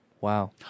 Wow